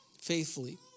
faithfully